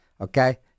okay